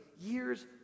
years